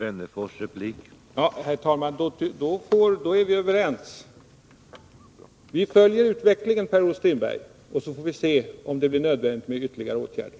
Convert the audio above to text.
Herr talman! Då är vi överens. Vi följer utvecklingen, Per-Olof Strindberg, och så får vi se om det blir nödvändigt med ytterligare åtgärder.